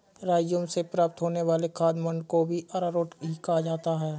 rhizome से प्राप्त होने वाले खाद्य मंड को भी अरारोट ही कहा जाता है